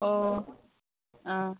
ꯑꯣ ꯑꯥ